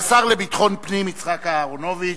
השר לביטחון פנים, יצחק אהרונוביץ,